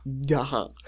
duh